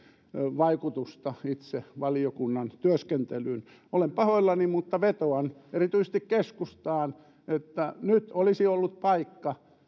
vaikutusta itse valiokunnan työskentelyyn olen pahoillani mutta vetoan erityisesti keskustaan että nyt olisi ollut paikka